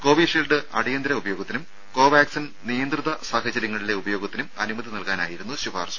Covishield അടിയന്തര ഉപയോഗത്തിനും Covaxin നിയന്ത്രിത സാഹചര്യങ്ങളിലെ ഉപയോഗത്തിനും അനുമതി നൽകാനായിരുന്നു ശുപാർശ